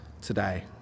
today